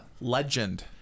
legend